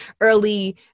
early